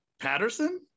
patterson